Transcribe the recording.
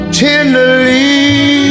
tenderly